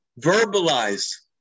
verbalize